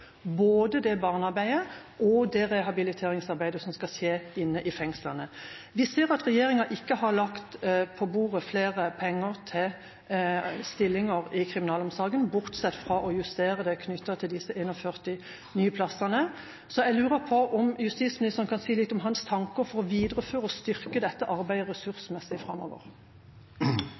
både arbeidet rettet mot barn og det rehabiliteringsarbeidet som skal skje inne i fengslene. Vi ser at regjeringa ikke har lagt på bordet flere penger til stillinger i kriminalomsorgen bortsett fra en justering knyttet til disse 41 nye plassene, så jeg lurer på om justisministeren kan si litt om sine tanker for å videreføre og styrke dette arbeidet ressursmessig framover.